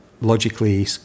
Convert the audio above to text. logically